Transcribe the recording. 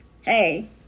Hey